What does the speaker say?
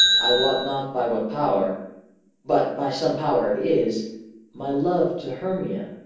i wot not by what power but by some power it is my love to hermia,